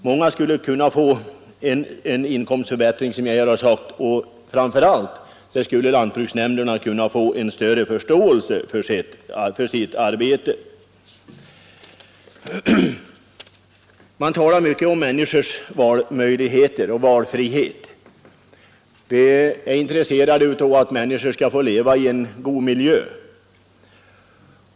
Många skulle som sagt kunna få en inkomstförbättring, och framför allt skulle lantbruksnämnderna kunna vinna större förståelse för sitt arbete. Det talas mycket om människors valmöjligheter och valfrihet, och vi vill alla att människorna skall få leva i en god miljö.